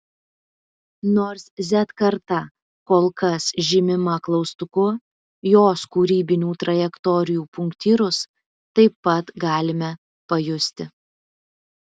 nors z karta kol kas žymima klaustuku jos kūrybinių trajektorijų punktyrus taip pat galime pajusti